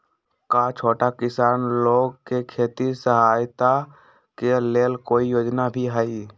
का छोटा किसान लोग के खेती सहायता के लेंल कोई योजना भी हई?